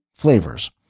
Flavors